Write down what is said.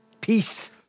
Peace